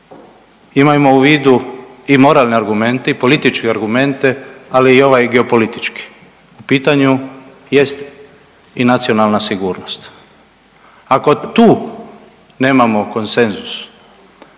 imajmo u vidu i moralne argumente i političke argumente, ali i ovaj geopolitički, u pitanju jest i nacionalna sigurnost. Ako tu nemamo konsenzus,